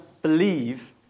believe